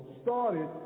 started